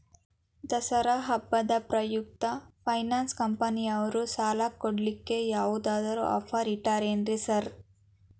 ದಸರಾ ಹಬ್ಬದ ಪ್ರಯುಕ್ತ ಫೈನಾನ್ಸ್ ಕಂಪನಿಯವ್ರು ಸಾಲ ಕೊಡ್ಲಿಕ್ಕೆ ಯಾವದಾದ್ರು ಆಫರ್ ಇಟ್ಟಾರೆನ್ರಿ ಸಾರ್?